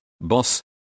boss